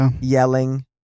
yelling